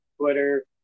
Twitter